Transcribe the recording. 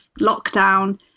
lockdown